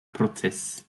prozess